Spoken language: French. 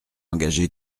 engagé